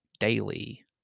daily